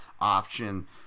option